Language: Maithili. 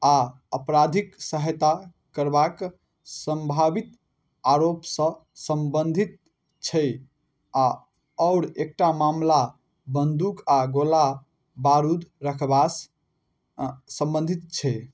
आओर आपराधिक सहायता करबाके सम्भावित आरोपसँ सम्बन्धित छै आओर आओर एकटा मामला बन्दूक आओर गोला बारूद रखबासँ सम्बन्धित छै